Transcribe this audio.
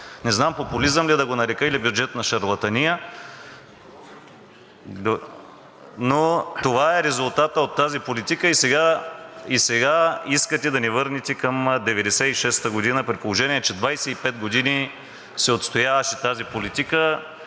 Не знам популизъм ли да го нарека, или бюджетна шарлатания, но това е резултатът от тази политика. И сега искате да ни върнете към 1996 г., при положение че 25 години се отстояваше тази политика,